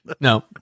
no